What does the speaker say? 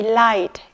light